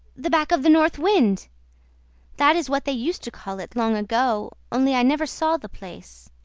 the back of the north wind that is what they used to call it long ago, only i never saw the place.